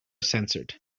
censored